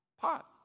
pot